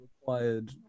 required